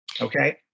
Okay